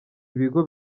ibigo